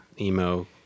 emo